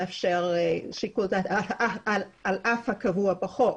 מאפשר שיקול דעת על אף הקבוע בחוק.